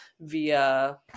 via